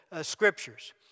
scriptures